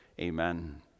Amen